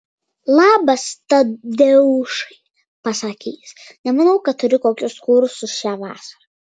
labas tadeušai pasakė jis nemanau kad turi kokius kursus šią vasarą